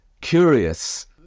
curious